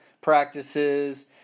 practices